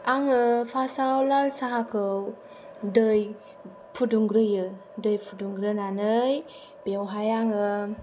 आङो फासाव लाल साहाखौ दै फुदुंग्रोयो दै फुदुंग्रोनानै बेवहाय आङो